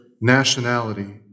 nationality